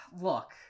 look